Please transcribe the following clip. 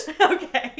Okay